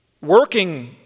working